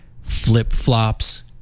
flip-flops